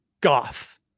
Goth